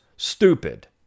stupid